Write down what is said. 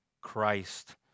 Christ